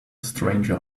stranger